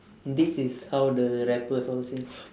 this is how the rappers all sing